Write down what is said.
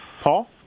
Paul